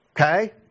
Okay